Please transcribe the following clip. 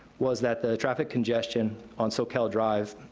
was that the traffic congestion on soquel drive